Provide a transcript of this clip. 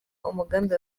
umugambi